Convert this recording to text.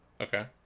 Okay